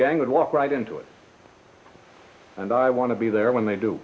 gang would walk right into it and i want to be there when they do